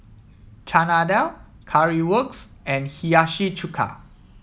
Chana Dal Currywurst and Hiyashi Chuka